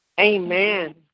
Amen